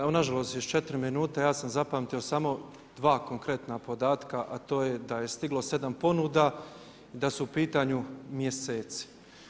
Evo nažalost još 4 minute, ja sam zapamtio samo 2 konkretna podatka a to je da je stiglo 7 ponuda i da su u pitanju mjeseci.